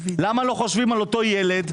למה לא חושבים על אותו ילד,